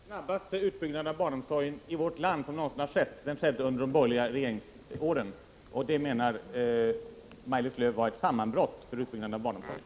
Herr talman! Den snabbaste utbyggnad av barnomsorgen i vårt land som någonsin har skett genomfördes under de borgerliga regeringsåren. Det kallar Maj-Lis Lööw ett sammanbrott för utbyggnaden av barnomsorgen.